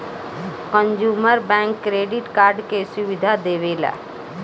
consumer bank credit card के सुविधा देवेला